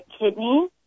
kidney